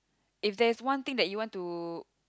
if there is one thing that you want to